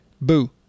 Boo